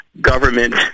government